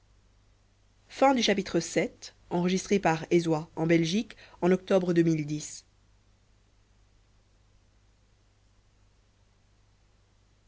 en fin de